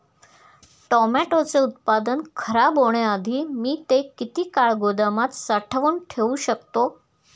टोमॅटोचे उत्पादन खराब होण्याआधी मी ते किती काळ गोदामात साठवून ठेऊ शकतो?